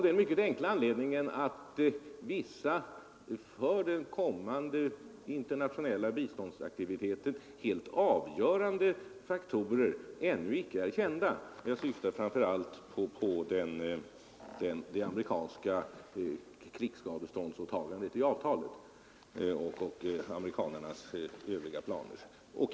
Den mycket enkla anledningen till detta är att vissa för den kommande internationella biståndsaktiviteten helt avgörande faktorer ännu inte är kända. Jag syftar framför allt på det amerikanska krigsskadeståndsåtagandet i det träffade avtalet och amerikanernas Övriga planer.